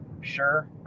Sure